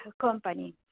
company